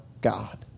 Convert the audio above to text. God